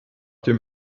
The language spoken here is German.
dem